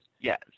Yes